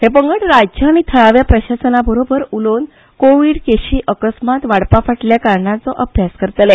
हे पंगड राज्य आनी थळावे प्रशासनबरोबर उलोवन कोव्हीड केशी अकस्मात वाडपाफाटले कारणांचो अभ्यास करतले